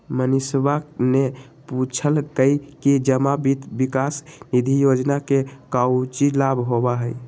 मनीषवा ने पूछल कई कि जमा वित्त विकास निधि योजना से काउची लाभ होबा हई?